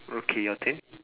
okay your turn